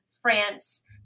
France